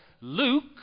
Luke